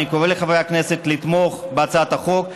אני קורא לחברי הכנסת לתמוך בהצעת החוק.